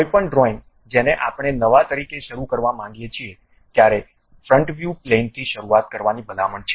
કોઈપણ ડ્રોઇંગ જેને આપણે નવા તરીકે શરૂ કરવા માંગીએ છીએ ત્યારે ફ્રન્ટ વ્યૂ પ્લેન થી શરૂઆત કરવાની ભલામણ છે